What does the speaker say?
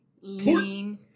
lean